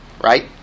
right